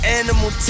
animal